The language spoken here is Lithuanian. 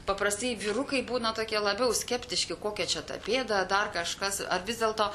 paprastai vyrukai būna tokie labiau skeptiški kokia čia ta pėda dar kažkas ar vis dėlto